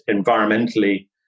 environmentally